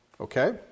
okay